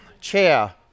chair